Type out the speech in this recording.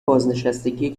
بازنشستگی